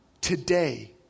Today